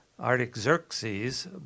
Artaxerxes